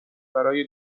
برای